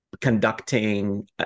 conducting